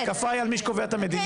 התקפה היא על מי שקובע את המדיניות,